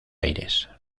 aires